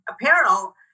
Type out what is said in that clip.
apparel